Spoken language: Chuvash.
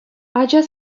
ача